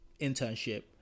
internship